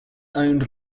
owned